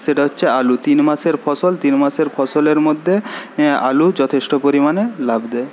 সেটা হচ্ছে আলু তিন মাসের ফসল তিন মাসের ফসলের মধ্যে আলু যথেষ্ট পরিমাণে লাভ দেয়